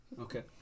Okay